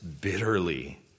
bitterly